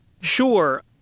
sure